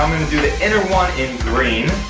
um gonna do the inner one in green.